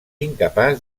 incapaç